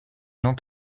donc